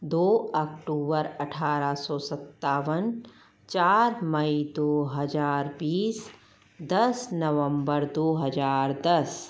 दो अक्टूबर अठारह सौ सत्तावन चार मई दो हजार बीस दस नवम्बर दो हजार दस